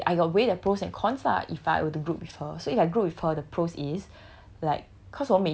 so okay I got weigh the pros and cons lah if I were to group with her so if I group with her the pros is